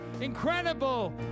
incredible